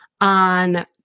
on